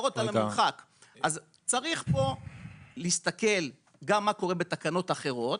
אז צריך פה להסתכל גם מה קורה בתקנות אחרות,